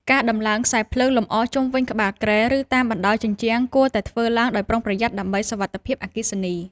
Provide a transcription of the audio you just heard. ការដំឡើងខ្សែភ្លើងលម្អជុំវិញក្បាលគ្រែ ឬតាមបណ្ដោយជញ្ជាំង គួរតែធ្វើឡើងដោយប្រុងប្រយ័ត្នដើម្បីសុវត្ថិភាពអគ្គិសនី។